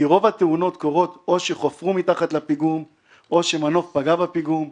כי רוב התאונות קורות או שחפרו מתחת לפיגום או שמנוף פגע בפיגום.